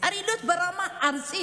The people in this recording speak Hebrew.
זה צריך להיות ברמה הארצית.